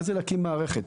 מה זה להקים מערכת?